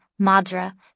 madra